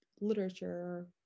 literature